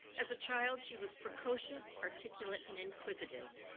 as a child she was precocious, articulate and inquisitive.